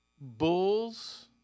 Bulls